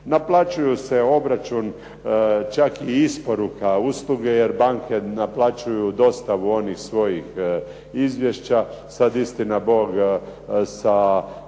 Naplaćuju se obračun čak i isporuka usluge jer banke naplaćuju dostavu onih svojih izvješća. Sad istina sa